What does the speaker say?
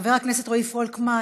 חבר הכנסת רועי פולקמן,